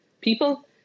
people